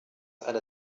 einer